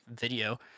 video